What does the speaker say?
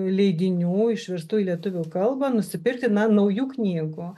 leidinių išverstų į lietuvių kalbą nusipirkti na naujų knygų